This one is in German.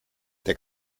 der